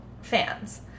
fans